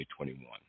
2021